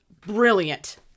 brilliant